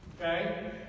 Okay